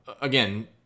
again